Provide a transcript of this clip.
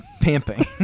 Pimping